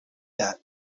that